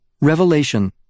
Revelation